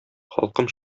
халкым